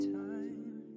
time